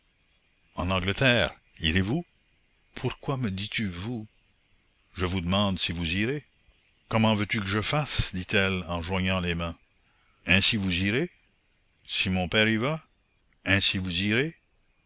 en angleterre irez-vous pourquoi me dis-tu vous je vous demande si vous irez comment veux-tu que je fasse dit-elle en joignant les mains ainsi vous irez si mon père y va ainsi vous irez